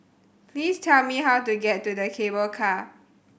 please tell me how to get to the Cable Car